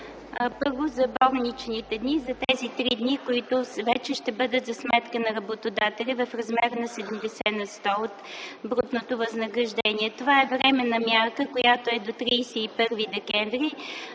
Първо за болничните дни – за тези три дни, които вече ще бъдат за сметка на работодателя в размер на 70 на сто от брутното възнаграждение. Това е временна мярка, която е до 31 декември